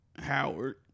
Howard